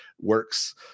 works